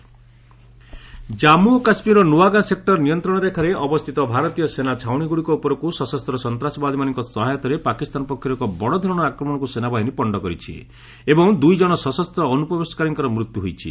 ରିଭ୍ J K Jammu ଓ କାଶ୍ମୀରର ନୂଆଗାଁ ସେକ୍ଟର ନିୟନ୍ତ୍ରଣରେଖାରେ ଅବସ୍ଥିତ ଭାରତୀୟ ସେନା ଛାଉଣୀଗୁଡ଼ିକ ଉପରକୁ ସଶସ୍ତ ସନ୍ତାସବାଦୀମାନଙ୍କ ସହାୟତାରେ ପାକିସ୍ତାନ ପକ୍ଷରୁ ଏକ ବଡ଼ଧରଣର ଆକ୍ରମଣକୁ ସେନାବାହିନୀ ପଣ୍ଡ କରିଛି ଏବଂ ଦୁଇଜଣ ସଶସ୍ତ ଅନୁପ୍ରବେଶକାରୀଙ୍କର ମୃତ୍ୟୁ ହୋଇଛି